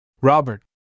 Robert